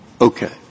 Okay